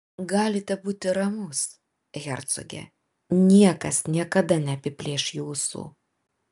galite būti ramus hercoge niekas niekada neapiplėš jūsų